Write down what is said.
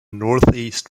northeast